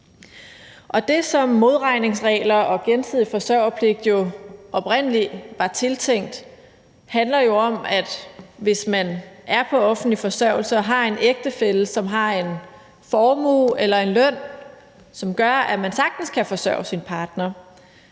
Det, som modregningsregler og gensidig forsørgerpligt jo oprindelig var tiltænkt, handler jo om, at hvis man er på offentlig forsørgelse og har en ægtefælle, som har en formue eller en løn, som gør, at man sagtens kan forsørge sin partner,